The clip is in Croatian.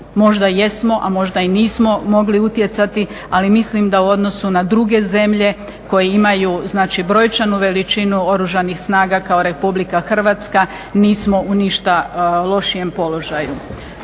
možda jesmo a možda i nismo mogli utjecati. Ali mislim da u odnosu na druge zemlje koje imaju znači brojčanu veličinu oružanih snaga kao Republika Hrvatska nismo u ništa lošijem položaju.